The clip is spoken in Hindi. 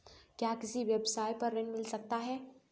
क्या किसी व्यवसाय पर ऋण मिल सकता है?